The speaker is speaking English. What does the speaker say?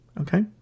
Okay